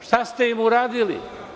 Šta ste im uradili?